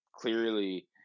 Clearly